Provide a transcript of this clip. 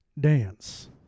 dance